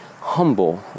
humble